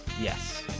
Yes